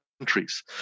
Countries